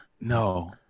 No